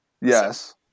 Yes